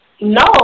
No